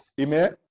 Amen